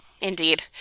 indeed